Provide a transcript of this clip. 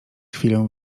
chwilę